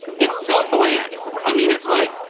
it's so bland. i mean, it's like,